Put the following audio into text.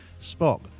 Spock